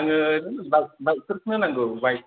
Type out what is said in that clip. आंनो बाइक बाइकफोरखौनो नांगौ बाइक